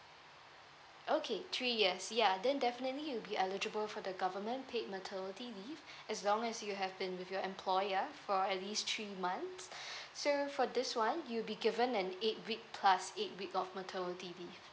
okay three years ya then definitely you'll be eligible for the government paid maternity leave as long as you have been with your employer for at least three months so for this one you'll be given an eight week plus eight week of maternity leave